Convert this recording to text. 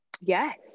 yes